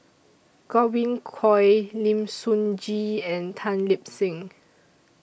Godwin Koay Lim Sun Gee and Tan Lip Seng